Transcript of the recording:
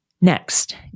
Next